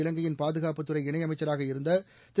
இலங்கையின் பாதுகாப்புத்துறை இணையமைச்சராக இருந்த திரு